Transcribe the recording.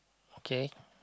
okay